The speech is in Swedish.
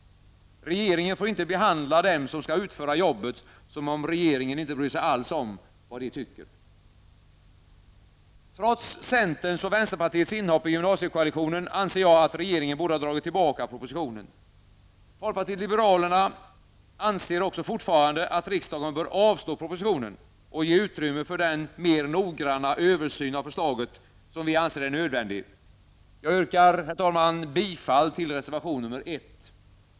Regeringen får inte behandla dem som skall utföra jobbet som om regeringen inte alls bryr sig om vad de tycker. Trots centerns och vänsterpartiets inhopp i gymnasiekoalitionen anser jag att regeringen borde ha dragit tillbaka propositionen. Folkpartiet liberalerna anser också fortfarande att riksdagen bör avslå propositionen och ge utrymme för den mer noggranna översyn av förslaget som vi anser vara nödvändig. Jag yrkar, herr talman, bifall till reservation nr 1.